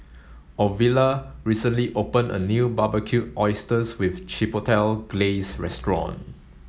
Ovila recently open a new Barbecued Oysters with Chipotle Glaze restaurant